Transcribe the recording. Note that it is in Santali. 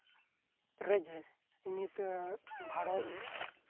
ᱨᱮᱜᱮ ᱱᱤᱛᱟᱹᱜ ᱵᱷᱟᱨᱚᱛ